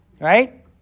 right